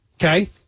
Okay